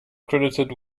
credited